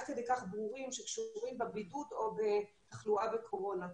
כדי כך ברורים שקשורים בבידוד או בתחלואה בקורונה.